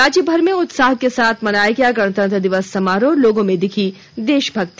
और राज्यभर में उत्साह के साथ मनाया गया गणतंत्र दिवस समारोह लोगों में दिखी देशभक्ति